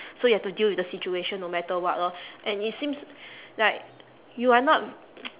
so you have to deal with the situation no matter what lor and it seems like you are not